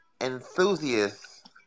enthusiast